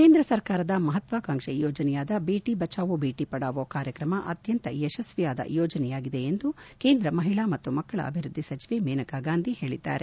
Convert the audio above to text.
ಕೇಂದ್ರ ಸರ್ಕಾರದ ಮಹತ್ವಾಕಾಂಕ್ಷೆ ಯೋಜನೆಯಾದ ಬೇಟ ಬಚೋವೊ ಬೇಟ ಪಡಾವೋ ಕಾರ್ಯಕ್ರಮ ಅತ್ಖಂತ ಯಶಸ್ವಿಯಾದ ಯೋಜನೆಯಾಗಿದೆ ಎಂದು ಕೇಂದ್ರ ಮಹಿಳೆ ಮತ್ತು ಮಕ್ಕಳ ಅಭಿವೃದ್ದಿ ಸಚಿವೆ ಮೇನಾಕಾ ಗಾಂಧಿ ಹೇಳಿದ್ದಾರೆ